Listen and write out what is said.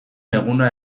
eguna